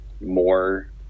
more